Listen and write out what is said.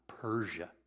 Persia